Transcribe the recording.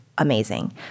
Amazing